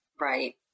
Right